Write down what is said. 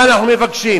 מה אנחנו מבקשים?